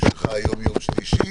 המשיכה היום, יום שלישי,